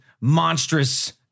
monstrous